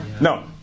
No